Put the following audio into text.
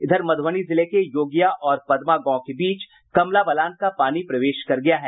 इधर मध्रबनी जिले के योगिया और पदमा गांव के बीच कमला बलान का पानी प्रवेश कर गया है